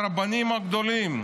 גם הרבנים הגדולים,